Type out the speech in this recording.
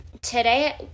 today